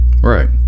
Right